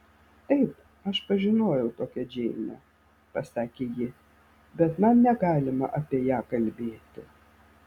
taip aš pažinojau tokią džeinę pasakė ji bet man negalima apie ją kalbėti